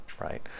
right